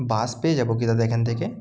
বাস পেয়ে যাবো কি দাদা এখান থেকে